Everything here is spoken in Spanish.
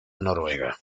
noruega